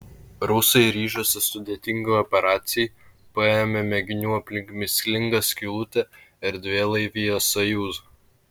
rusai ryžosi sudėtingai operacijai paėmė mėginių aplink mįslingą skylutę erdvėlaivyje sojuz